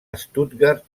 stuttgart